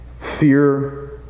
fear